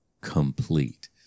complete